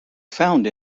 found